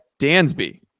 Dansby